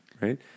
right